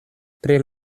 pri